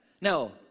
No